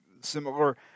similar